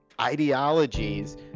ideologies